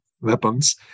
weapons